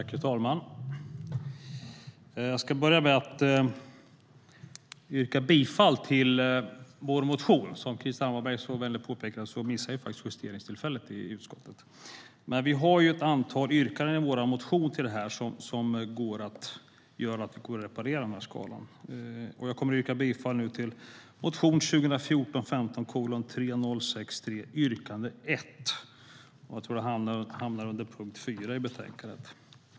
Herr talman! Jag ska börja med att yrka bifall till vår motion. Som Krister Hammarbergh så vänligt påpekade missade jag faktiskt justeringstillfället i utskottet, men vi har ett antal yrkanden i vår motion till detta som gör att det går att reparera skadan. Jag yrkar bifall till motion 2014/15:3063 yrkande 1. Jag tror att det hamnar under punkt 4 i betänkandet.